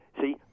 See